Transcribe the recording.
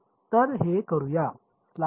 तर हे करूया